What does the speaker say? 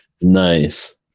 nice